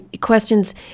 questions